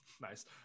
Nice